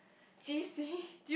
G_C